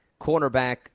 cornerback